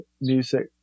music